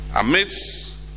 Amidst